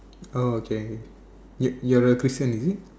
oh okay you you're a Christian is it